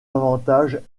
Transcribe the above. avantages